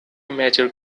major